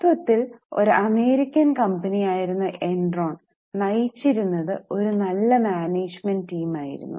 തത്വത്തിൽ ഒരു American company ആയിരുന്ന എൻറോൺ നയിച്ചിരുന്നത് ഒരു നല്ല മാനേജ്മെന്റ് ടീം ആയിരുന്നു